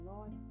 Lord